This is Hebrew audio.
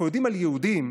אנחנו יודעים על יהודים,